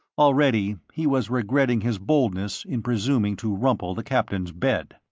already he was regretting his boldness in presuming to rumple the captain's bed.